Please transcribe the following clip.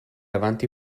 avanti